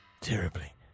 Terribly